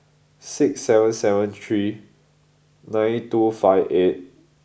six seven seven three nine two five eight